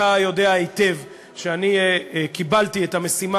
אתה יודע היטב שאני קיבלתי את המשימה